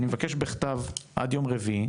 אני מבקש בכתב עד יום רביעי